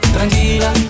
Tranquila